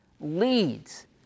leads